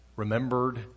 remembered